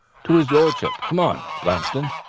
to his lordship. come on, blanston,